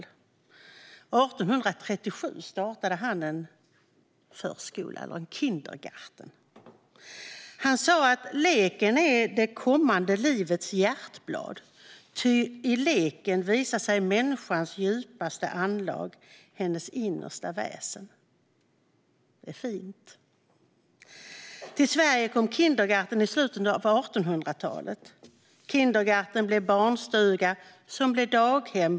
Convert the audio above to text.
År 1837 startade han en förskola, eller en kindergarten. Han sa att leken är det kommande livets hjärtblad, ty i leken visar sig människans djupaste anlag, hennes innersta väsen. Det är fint. Till Sverige kom kindergarten i slutet av 1800-talet. Kindergarten blev barnstuga, som blev daghem.